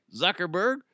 zuckerberg